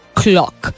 clock